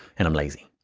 and i'm lazy.